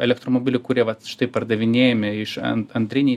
elektromobilių kurie vat štai pardavinėjami iš ant antrinėj